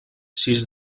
sis